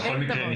בכל מקרה,